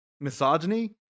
misogyny